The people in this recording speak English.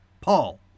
Paul